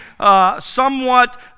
somewhat